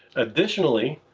additionally,